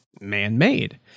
man-made